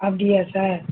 அப்படியா சார்